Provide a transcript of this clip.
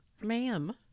ma'am